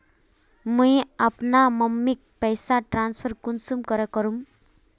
मुई अपना मम्मीक पैसा ट्रांसफर कुंसम करे करूम?